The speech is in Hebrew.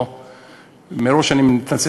מראש אני מתנצל,